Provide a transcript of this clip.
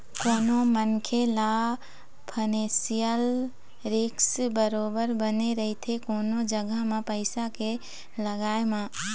कोनो मनखे ल फानेसियल रिस्क बरोबर बने रहिथे कोनो जघा म पइसा के लगाय म